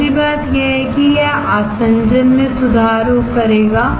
दूसरी बात यह है कि यह आसंजन में सुधार करेगा